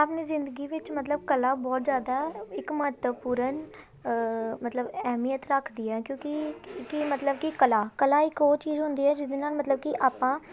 ਆਪਣੀ ਜ਼ਿੰਦਗੀ ਵਿੱਚ ਮਤਲਬ ਕਲਾ ਬਹੁਤ ਜ਼ਿਆਦਾ ਇੱਕ ਮਹੱਤਵਪੂਰਨ ਮਤਲਬ ਅਹਿਮੀਅਤ ਰੱਖਦੀ ਹੈ ਕਿਉਂਕਿ ਕੀ ਮਤਲਬ ਕਿ ਕਲਾ ਕਲਾ ਇੱਕ ਉਹ ਚੀਜ਼ ਹੁੰਦੀ ਹੈ ਜਿਹਦੇ ਨਾਲ ਮਤਲਬ ਕਿ ਆਪਾਂ